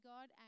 God